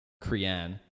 Crean